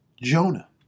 Jonah